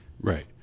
Right